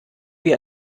wir